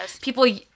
people